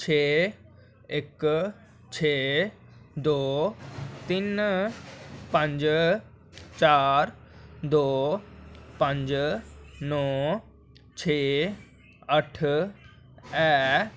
छेऽ इक छेऽ दो तिन्न पंज चार दो पंज नौ छेऽ अट्ठ ऐ